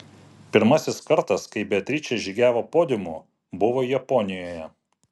pirmasis kartas kai beatričė žygiavo podiumu buvo japonijoje